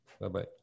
Bye-bye